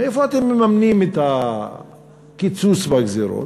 מאיפה אתם מממנים את הקיצוץ בגזירות?